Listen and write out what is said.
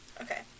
Okay